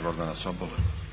Hvala